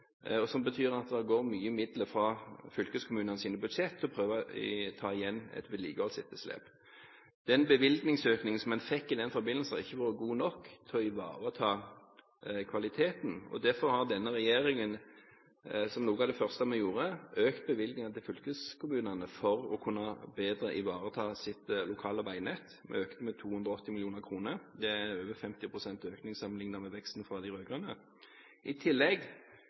og som betyr at det går mye midler fra fylkeskommunenes budsjetter for å prøve å ta igjen et vedlikeholdsetterslep. Den bevilgningsøkningen en fikk i den forbindelse, har ikke vært god nok for å ivareta kvaliteten. Noe av det første denne regjeringen gjorde, var å øke bevilgningene til fylkeskommunene for at de bedre kunne ivareta sitt lokale veinett. Vi økte det med 280 mill. kr – det er over 50 pst. økning sammenliknet med veksten fra de rød-grønne. I tillegg